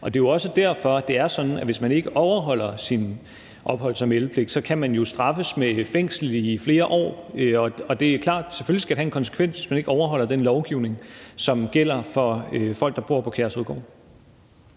Det er jo også derfor, at det er sådan, at hvis man ikke overholder sin opholds- og meldepligt, kan man straffes med fængsel i flere år. Det er klart, at det selvfølgelig skal have en konsekvens, hvis man ikke overholder den lovgivning, som gælder for folk, der bor på Kærshovedgård.